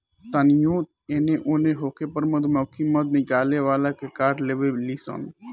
तानियो एने ओन होखे पर मधुमक्खी मध निकाले वाला के काट लेवे ली सन